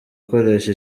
gukoresha